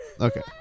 Okay